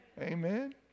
Amen